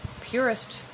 purest